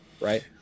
Right